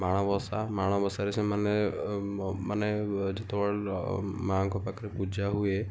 ମାଣବସା ମାଣବସାରେ ସେମାନେ ମାନେ ଯେତେବେଳେ ମାଆଙ୍କ ପାଖରେ ପୂଜା ହୁଏ